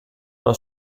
una